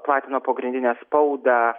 platino pogrindinę spaudą